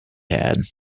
had